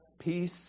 peace